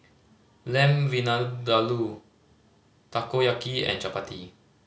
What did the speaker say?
Lamb Vindaloo Takoyaki and Chapati